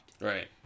Right